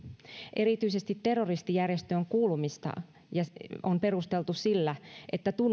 erityisesti terroristijärjestöön kuulumista on perusteltu sillä että